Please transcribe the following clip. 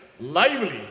lively